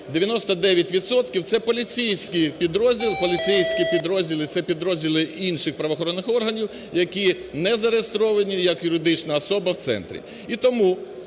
99 відсотків – це поліцейські підрозділи, це підрозділи інших правоохоронних органів, які не зареєстровані як юридична особа в центрі.